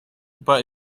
but